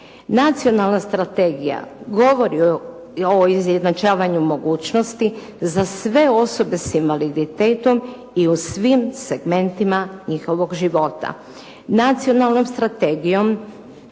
Nacionalna strategija govori o izjednačavanju mogućnosti za sve osobe s invaliditetom i u svim segmentima njihovog života. Nacionalnom strategijom